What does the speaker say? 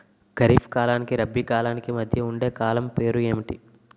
ఖరిఫ్ కాలానికి రబీ కాలానికి మధ్య ఉండే కాలం పేరు ఏమిటి?